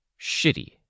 Shitty